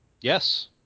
Yes